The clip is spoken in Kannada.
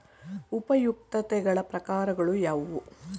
ಉಪಯುಕ್ತತೆಗಳ ಪ್ರಕಾರಗಳು ಯಾವುವು?